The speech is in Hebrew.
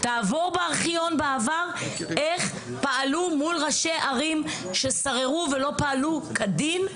תעבור בארכיון בעבר איך פעלו מול ראשי ערים ששררו ולא פעלו כדין,